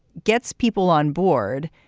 gets people on board,